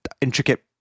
intricate